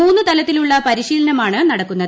മൂന്നു തലത്തിലുള്ള പരിശീലനമാണ് നടക്കുന്നത്